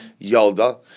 Yalda